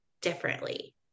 differently